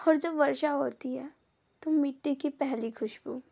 और जब वर्षा होती है तो मिट्टी की पहली खुशबू